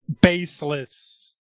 baseless